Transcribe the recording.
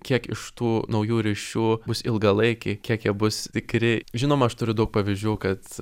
kiek iš tų naujų ryšių bus ilgalaikiai kiek jie bus tikri žinoma aš turiu daug pavyzdžių kad